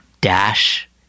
Dash